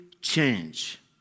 change